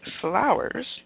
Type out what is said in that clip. flowers